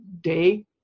day